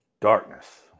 darkness